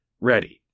ready